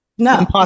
No